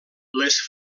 les